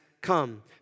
come